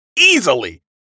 easily